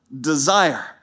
desire